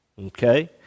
Okay